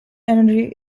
energy